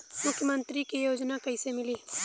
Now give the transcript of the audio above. मुख्यमंत्री के योजना कइसे मिली?